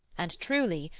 and, truly,